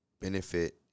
benefit